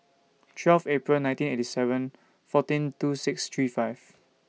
twelve April nineteen eighty seven fourteen two six three five